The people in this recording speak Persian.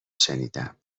شنیدم